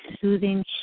soothing